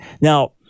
Now